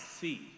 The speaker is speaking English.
see